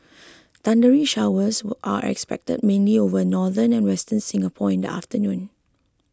thundery showers are expected mainly over northern and western Singapore in the afternoon